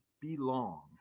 belong